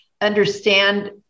understand